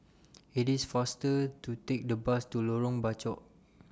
IT IS faster to Take The Bus to Lorong Bachok